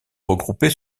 regroupés